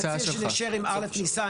אני מציע שנישאר עם א' ניסן.